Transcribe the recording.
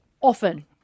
often